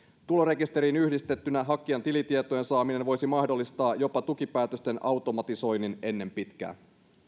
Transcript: tulorekisteriin yhdistettynä hakijan tilitietojen saaminen voisi mahdollistaa jopa tukipäätösten automatisoinnin ennen pitkää